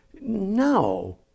No